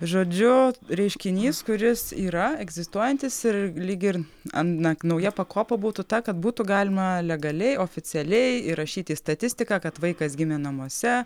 žodžiu reiškinys kuris yra egzistuojantis ir lyg ir ant na nauja pakopa būtų ta kad būtų galima legaliai oficialiai įrašyti statistiką kad vaikas gimė namuose